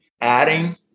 adding